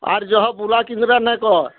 ଆର୍ ଯହ ବୁଲା କିନ୍ଦ୍ରା ନାଇଁ କର୍